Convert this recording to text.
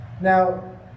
Now